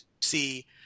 see